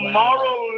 moral